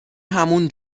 همون